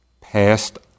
past